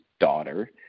daughter